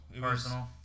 Personal